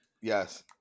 Yes